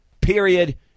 Period